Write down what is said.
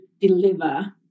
deliver